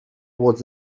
was